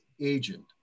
agent